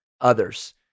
others